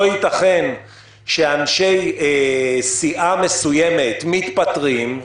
לא ייתכן שחברי סיעה מסוימת מתפטרים,